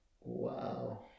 Wow